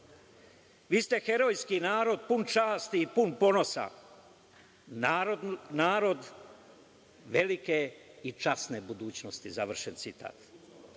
vi ste herojski narod pun časti i pun ponosa, narod velike i časne budućnosti, završen